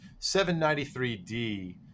793d